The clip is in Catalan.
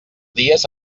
dies